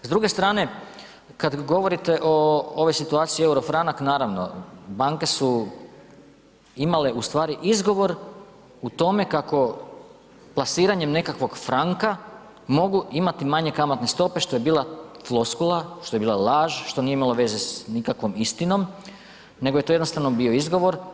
S druge strane, kad govorite o ovoj situaciji euro, franak, naravno, banke su imale ustvari izgovor u tome kako plasiranjem nekakvog franka, mogu imati manje kamatne stope, što je bila floskula, što je bila laž, što nije imalo veze s nikakvom istinom nego je to jednostavno bio izgovor.